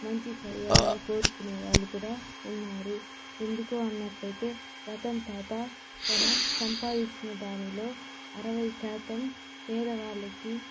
మంచి చేయాలని కోరుకునే వాళ్ళు కూడా ఉన్నారు ఎందుకు అన్నట్లయితే రతన్ తాత తన సంపాదించిన దానిలో అరవై శాతం పేదవాళ్ళకి